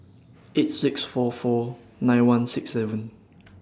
eight six four four nine one six seven